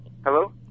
Hello